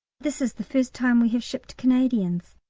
this is the first time we have shipped canadians,